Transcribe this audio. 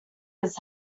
his